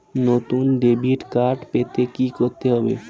নতুন debit card পেতে কী করতে হবে?